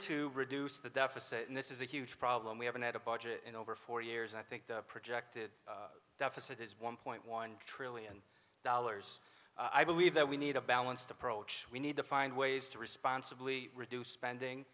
to reduce the deficit and this is a huge problem we haven't had a budget in over four years i think the projected deficit is one point one trillion dollars i believe that we need a balanced approach we need to find ways to responsibly reduce spending